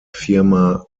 firma